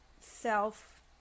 self